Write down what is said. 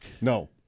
No